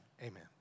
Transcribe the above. Amen